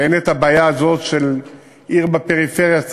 שאין בה הבעיה הזאת של עיר בפריפריה שאז